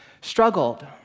struggled